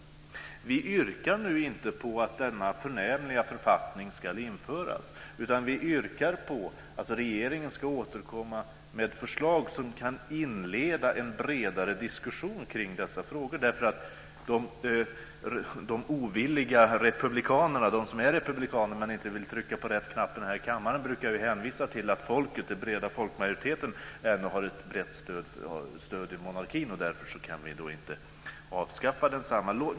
Vi yrkar nu inte på att denna förnämliga författning ska införas, utan vi yrkar på att regeringen återkommer med ett förslag som kan bli inledningen till en bredare diskussion kring dessa frågor. De ovilliga republikanerna - de som är republikaner men som inte vill trycka på rätt knapp i denna kammare - brukar hänvisa till att den breda folkmajoriteten ändå brett stöder monarkin. Därför kan vi inte avskaffa densamma.